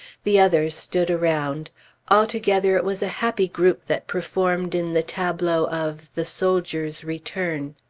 the others stood around altogether, it was a happy group that performed in the tableau of the soldier's return.